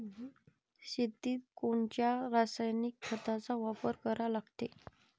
शेतीत कोनच्या रासायनिक खताचा वापर करा लागते?